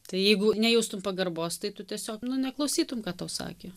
tai jeigu nejaustum pagarbos tai tu tiesiog nu neklausytum ką tau sakė